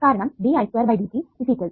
കാരണം ddt2IdIdt